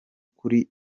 kuri